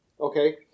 Okay